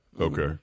Okay